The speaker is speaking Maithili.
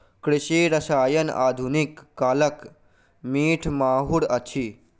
कृषि रसायन आधुनिक कालक मीठ माहुर अछि